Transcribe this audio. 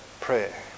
prayer